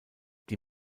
die